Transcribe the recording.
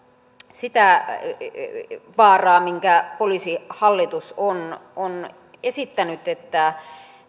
sitä vaaraa minkä poliisihallitus on on esittänyt että